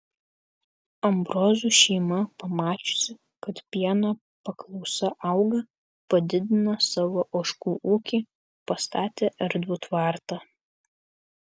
ambrozų šeima pamačiusi kad pieno paklausa auga padidino savo ožkų ūkį pastatė erdvų tvartą